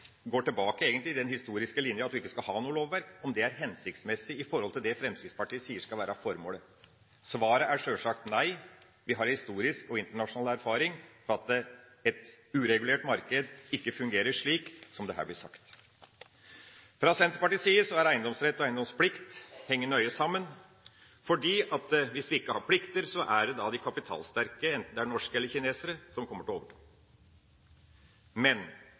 går tilbake til den historiske linjen at vi ikke skal ha noe lovverk, er hensiktsmessig i forhold til det Fremskrittspartiet sier skal være formålet. Svaret er sjølsagt nei. Vi har historisk og internasjonal erfaring som tilsier at et uregulert marked ikke fungerer slik som det her blir sagt. Fra Senterpartiets side henger eiendomsrett og eiendomsplikt nøye sammen, for hvis du ikke har plikter, er det de kapitalsterke, enten de er norske eller kinesiske, som kommer til å overta.